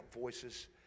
voices